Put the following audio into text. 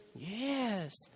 Yes